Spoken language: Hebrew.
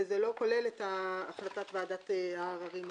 וזה לא כולל את החלטת ועדת העררים הזאת.